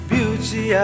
Beauty